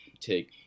take